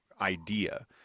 idea